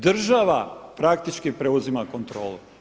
Država praktički preuzima kontrolu.